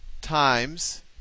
times